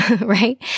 right